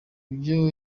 byo